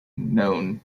known